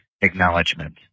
acknowledgement